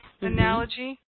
analogy